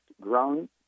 grown